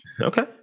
Okay